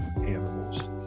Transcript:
animals